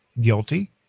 guilty